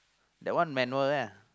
that one manual ah